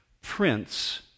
prince